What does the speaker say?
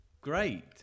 Great